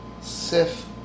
Sif